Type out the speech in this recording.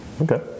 Okay